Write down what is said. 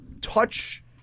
touch